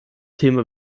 thema